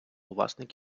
власник